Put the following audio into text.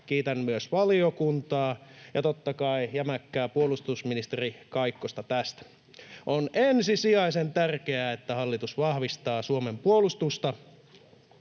kiitän myös valiokuntaa ja totta kai jämäkkää puolustusministeri Kaikkosta tästä. On ensisijaisen tärkeää, että hallitus vahvistaa Suomen puolustusta